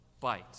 bite